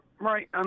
Right